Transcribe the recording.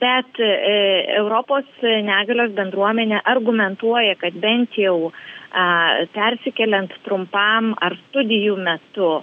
bet europos negalios bendruomenė argumentuoja kad bent jau a persikeliant trumpam ar studijų metu